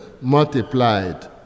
multiplied